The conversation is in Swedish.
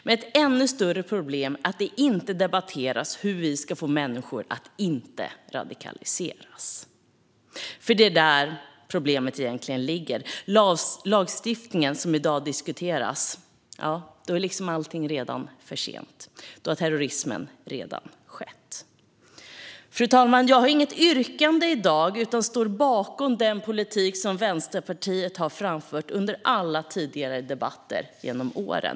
Men ett ännu större problem är att det inte debatteras hur vi ska få människor att inte radikaliseras, för det är egentligen där problemet ligger. När lagstiftningen i dag diskuteras är liksom allting redan för sent. Nu har terrorismen redan skett. Fru talman! Jag har inget yrkande i dag utan står bakom den politik som Vänsterpartiet har framfört i det här utskottet under alla tidigare debatter genom åren.